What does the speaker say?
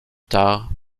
tard